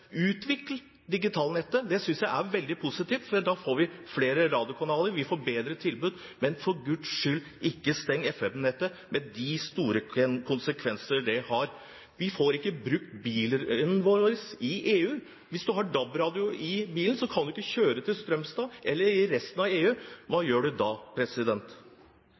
synes jeg er veldig positivt, for da får vi flere radiokanaler, vi får bedre tilbud, men for Guds skyld ikke steng FM-nettet, med de store konsekvenser det har. Man kan ikke høre på DAB-radio i bilen hvis man skal kjøre til Strømstad eller resten av EU. Hva gjør man da?